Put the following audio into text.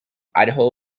idaho